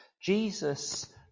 Jesus